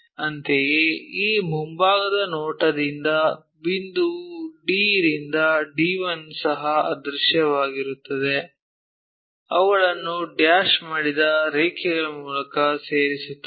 ಅಂತೆಯೇ ಈ ಮುಂಭಾಗದ ನೋಟದಿಂದ ಬಿಂದುವು d ರಿಂದ d1 ಸಹ ಅದೃಶ್ಯವಾಗಿರುತ್ತದೆ ಅವುಗಳನ್ನು ಡ್ಯಾಶ್ ಮಾಡಿದ ರೇಖೆಗಳ ಮೂಲಕ ಸೇರಿಸುತ್ತದೆ